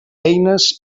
eines